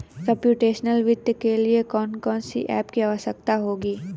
Computational वित्त के लिए कौन कौन सी एप की आवश्यकता होगी?